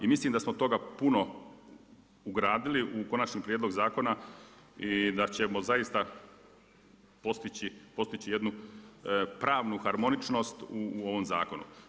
I mislim da smo puno ugradili u konačni prijedlog zakona i da ćemo zaista postići jednu pravnu harmoničnost u ovom zakonu.